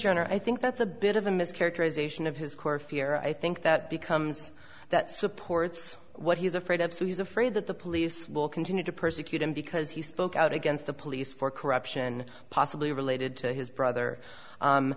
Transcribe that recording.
your honor i think that's a bit of a mischaracterization of his core fear i think that becomes that supports what he's afraid of so he's afraid that the police will continue to persecute him because he spoke out against the police for corruption possibly related to his brother